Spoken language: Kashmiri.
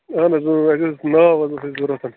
اَہَن حظ اَسہِ ٲس ناو حظ ٲس اَسہِ ضروٗرت